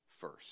first